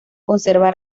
conserva